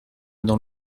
dans